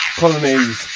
colonies